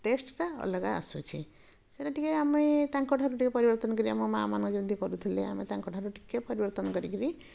ଟେଷ୍ଟଟା ଅଲଗା ଆସୁଛି ସେଇଟା ଟିକେ ଆମେ ତାଙ୍କ ଠାରୁ ଟିକେ ପରିବର୍ତ୍ତନ କରି ଆମ ମାଆମାନଙ୍କ ଯେମିତି କରୁଥିଲେ ଆମେ ତାଙ୍କ ଠାରୁ ଟିକେ ପରିବର୍ତ୍ତନ କରିକିରି